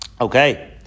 Okay